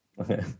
Okay